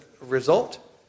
result